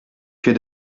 que